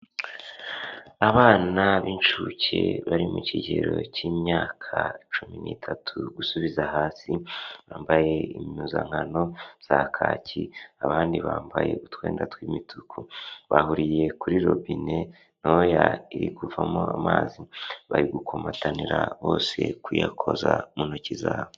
Abana b'inshuke bari mu kigero k'imyaka cumi n'itatu gusubiza hasi, bambaye impuzankano za kaki, abandi bambaye utwenda tw'imituku. Bahuriye kuri robine ntoya iri kuvamo amazi. Bari gukomatanira bose kuyakoza mu ntoki zabo.